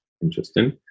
interesting